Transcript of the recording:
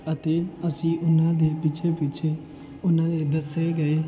ਅਤੇ ਅਸੀਂ ਉਹਨਾਂ ਦੇ ਪਿੱਛੇ ਪਿੱਛੇ ਉਹਨਾਂ ਨੇ ਦੱਸੇ ਗਏ